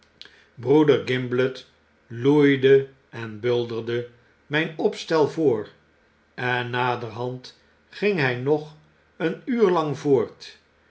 broeder gimblet loeide en bnlderde myn opstel voor en naderhand ging hy nog een uur lang voort